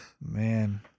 man